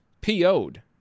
PO'd